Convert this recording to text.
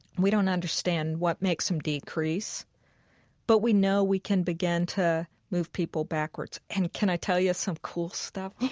we don't understand what makes them decrease but we know we can begin to move people backwards. and can i tell you some cool stuff?